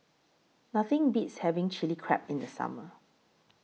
Nothing Beats having Chilli Crab in The Summer